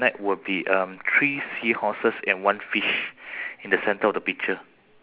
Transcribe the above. what about the first seahorse is there any stone okay